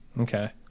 Okay